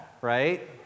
right